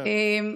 כן.